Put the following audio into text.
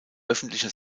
öffentlicher